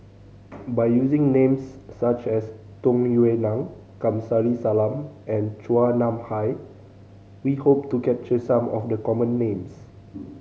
by using names such as Tung Yue Nang Kamsari Salam and Chua Nam Hai we hope to capture some of the common names